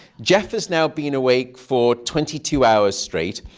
jeff has now been awake for twenty two hours straight.